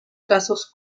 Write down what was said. casos